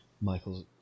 Michael's